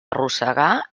arrossegar